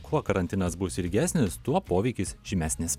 kuo karantinas bus ilgesnis tuo poveikis žymesnis